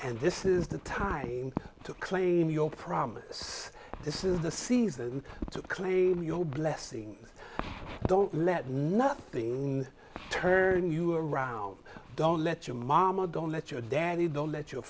and this is the time to claim your promise this is the season to claim your blessings don't let nothing turn you around don't let your mama don't let your daddy don't let your